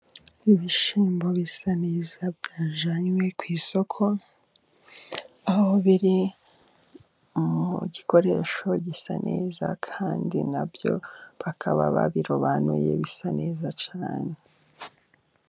Ibishyimbo bisa neza byajyanywe ku isoko, aho biri mu gikoresho gisa neza kandi nabyo bakaba babirobanuye, bisa neza cyane.